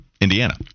Indiana